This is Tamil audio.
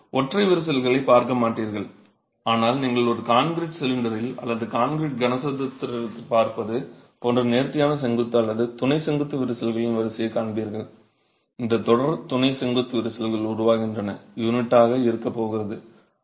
நீங்கள் ஒற்றை விரிசல்களைப் பார்க்க மாட்டீர்கள் ஆனால் நீங்கள் ஒரு கான்கிரீட் சிலிண்டரில் அல்லது கான்கிரீட் கனசதுரத்தில் பார்ப்பது போன்ற நேர்த்தியான செங்குத்து அல்லது துணை செங்குத்து விரிசல்களின் வரிசையைக் காண்பீர்கள் இந்த தொடர் துணை செங்குத்து விரிசல்கள் உருவாகின்றன யூனிட்டாக இருக்கப் போகிறது